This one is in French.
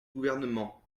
gouvernement